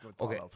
Okay